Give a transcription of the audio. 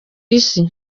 isi